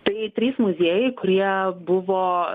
tai trys muziejai kurie buvo